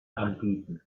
anbieten